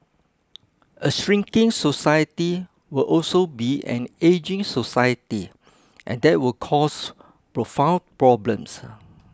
a shrinking society will also be an ageing society and that will cause profound problems